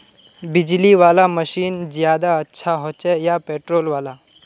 बिजली वाला मशीन ज्यादा अच्छा होचे या पेट्रोल वाला?